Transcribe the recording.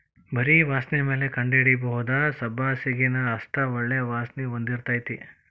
ಬರಿ ವಾಸ್ಣಿಮ್ಯಾಲ ಕಂಡಹಿಡಿಬಹುದ ಸಬ್ಬಸಗಿನಾ ಅಷ್ಟ ಒಳ್ಳೆ ವಾಸ್ಣಿ ಹೊಂದಿರ್ತೈತಿ